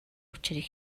учрыг